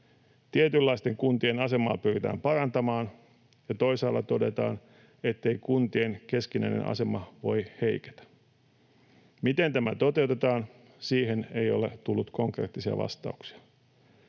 Tietynlaisten kuntien asemaa pyritään parantamaan ja toisaalla todetaan, ettei kuntien keskinäinen asema voi heiketä. Siihen, miten tämä toteutetaan, ei ole tullut konkreettisia vastauksia.